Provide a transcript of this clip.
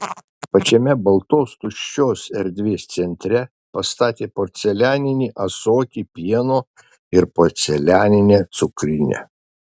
pačiame baltos tuščios erdvės centre pastatė porcelianinį ąsotį pieno ir porcelianinę cukrinę